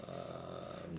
uh